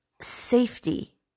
safety